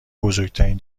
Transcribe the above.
بزرگترین